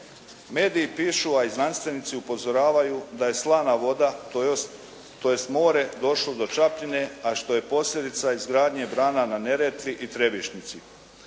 Mediji pišu a i znanstvenici upozoravaju da je slana voda tj. more došlo do Čapljine a što je posljedica izgradnje brana na Neretvi i Trebišnjici.